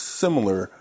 similar